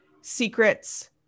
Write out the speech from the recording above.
secrets